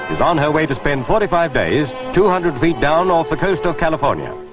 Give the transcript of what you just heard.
and on her way to spend forty five days two hundred feet down off the coast of california.